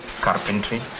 carpentry